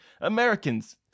Americans